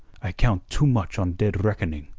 i count too much on dead reckoning.